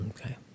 Okay